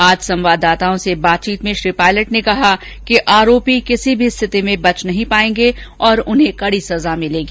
आज संवाददाताओं से बातचीत में श्री पायलट ने कहा कि आरोपी किसी भी स्थिति में बच नहीं पायेंगे और उन्हें कडी सजा मिलेगी